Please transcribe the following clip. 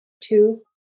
two